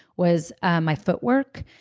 was ah my footwork.